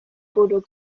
bwrw